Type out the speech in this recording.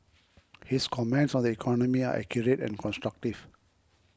his comments on the economy are accurate and constructive